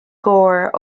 gore